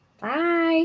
bye